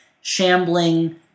shambling